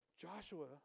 Joshua